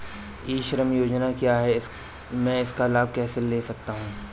ई श्रम योजना क्या है मैं इसका लाभ कैसे ले सकता हूँ?